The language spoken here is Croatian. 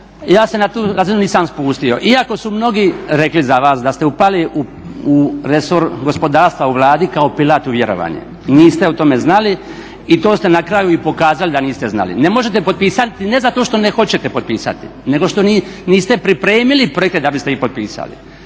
Ja se na tu razinu nisam spustio, iako su mnogi rekli za vas da ste upali u resor gospodarstva u Vladi kao pilat u vjerovanje. Niste o tome znali i to ste na kraju i pokazali da niste znali. Ne možete potpisati, ne zato što nećete potpisati, nego što niste pripremili projekte da biste ih potpisali.